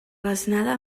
relacionada